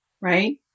right